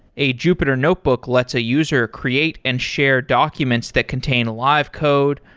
a jupyter notebook lets a user create and share documents that contain live code,